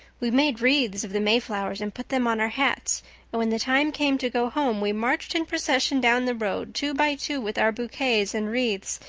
we made wreaths of the mayflowers and put them on our hats and when the time came to go home we marched in procession down the road, two by two, with our bouquets and wreaths,